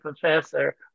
professor